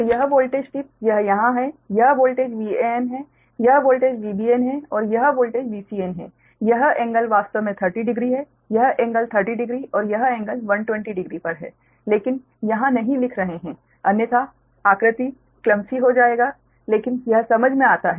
तो यह वोल्टेज टिप यह यहाँ है यह वोल्टेज Van है यह वोल्टेज Vbn है और यह वोल्टेज Vcn है यह कोण वास्तव में 300 है यह कोण 300 और यह कोण 120 डिग्री पर है लेकिन यहां नहीं लिख रहे है अन्यथा आकृति क्ल्म्सी हो जाएगा लेकिन यह समझ में आता है